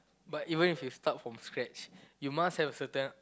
but even if you start from scratch you must have a certain